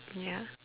ya